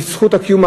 היא זכות הקיום.